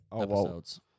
episodes